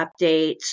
updates